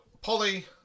Polly